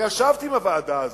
וישבתי בוועדה הזאת: